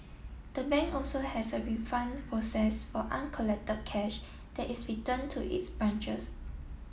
the bank also has a refund process for uncollected cash that is return to its branches